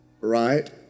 Right